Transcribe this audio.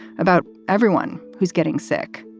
about everyone who's getting sick.